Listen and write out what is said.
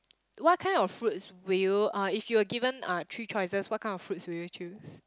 what kind of fruits will you uh if you were given uh three choices what kind of fruits will you choose